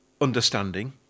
understanding